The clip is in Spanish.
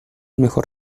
mejor